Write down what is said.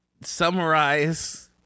summarize